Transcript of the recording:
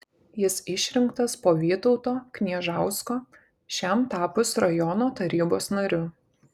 jis išrinktas po vytauto kniežausko šiam tapus rajono tarybos nariu